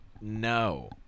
no